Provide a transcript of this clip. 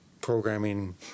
programming